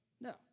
No